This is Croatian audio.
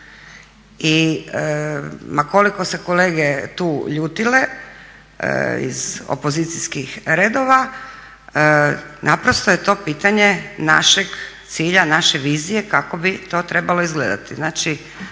I ma koliko se kolege tu ljutile iz opozicijskih redova naprosto je to pitanje našeg cilja, naše vizije kako bi to trebalo izgledati. Znači,